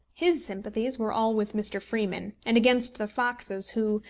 his sympathies were all with mr. freeman and against the foxes, who,